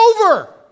over